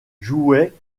jouait